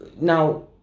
now